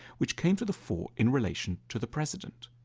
which came to the fore in relation to the president.